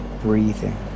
breathing